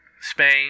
Spain